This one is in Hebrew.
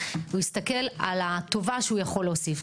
הסתכל על הטובה שהוא יכול להוסיף.